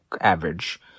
average